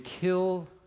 kill